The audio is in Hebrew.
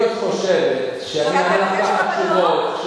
אם את חושבת שאני אענה לך ככה תשובות,